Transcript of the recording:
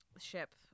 ship